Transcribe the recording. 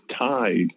tied